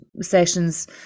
sessions